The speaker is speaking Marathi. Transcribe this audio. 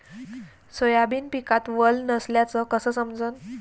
सोयाबीन पिकात वल नसल्याचं कस समजन?